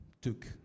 took